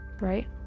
right